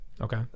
Okay